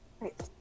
Right